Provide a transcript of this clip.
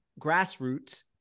Grassroots